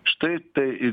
štai tai